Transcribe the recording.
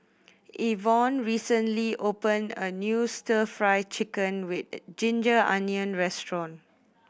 Ivonne recently opened a new Stir Fry Chicken with ginger onion restaurant